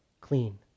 clean